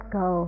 go